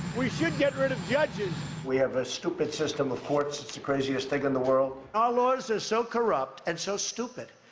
we should get rid of judges. we have a stupid system of courts. it's the craziest thing in the world. our laws are so corrupt and so stupid.